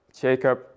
Jacob